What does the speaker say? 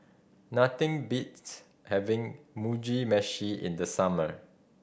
nothing beats having Mugi Meshi in the summer